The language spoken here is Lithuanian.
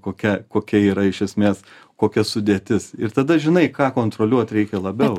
kokia kokia yra iš esmės kokia sudėtis ir tada žinai ką kontroliuot reikia labiau